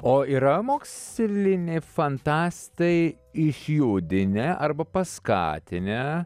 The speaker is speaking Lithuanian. o yra moksliniai fantastai išjudinę arba paskatinę